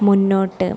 മുന്നോട്ട്